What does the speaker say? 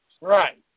Right